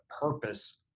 purpose